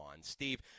Steve